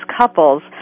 couples